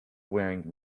wearing